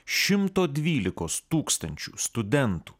šimto dvylikos tūkstančių studentų